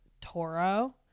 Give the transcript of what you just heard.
toro